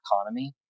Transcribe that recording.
economy